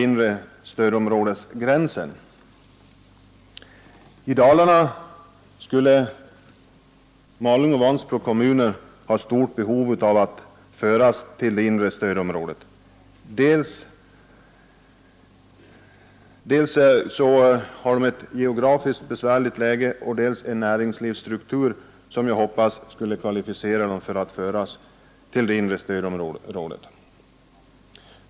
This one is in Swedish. I Dalarna har Malungs och Vansbro kommuner stort behov av att föras till det inre stödområdet. Dessa kommuners geografiska läge och näringslivsmässiga struktur hoppas jag skall kvalificera dem att föras till det inre stödområdet.